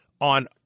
on